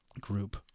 group